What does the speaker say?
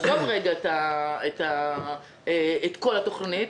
עזוב לרגע את כל התוכנית,